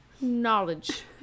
Knowledge